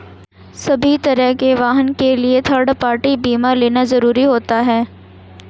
सभी तरह के वाहन के लिए थर्ड पार्टी बीमा लेना जरुरी होता है